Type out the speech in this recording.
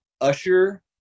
Usher